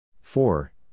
four